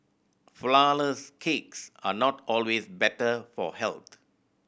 flourless cakes are not always better for health